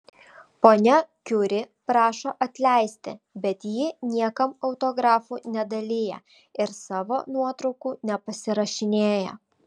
ponia kiuri prašo atleisti bet ji niekam autografų nedalija ir savo nuotraukų nepasirašinėja